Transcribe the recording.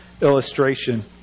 illustration